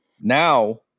Now